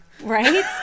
Right